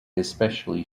especially